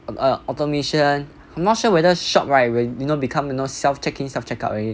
a automation I'm not sure whether shop right will you know become you know self check in self check out already